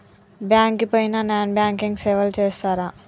Bank కి పోయిన non banking సేవలు చేస్తరా?